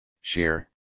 share